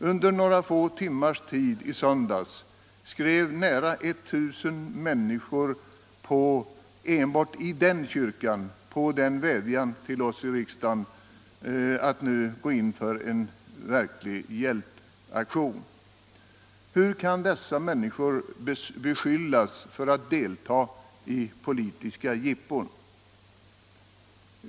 Under några få timmars tid i söndags skrev närmare tusen människor enbart 67 i den kyrkan på en vädjan till oss i riksdagen att nu gå in för en verklig hjälpaktion. Hur kan dessa människor beskyllas för att delta i politiska jippon?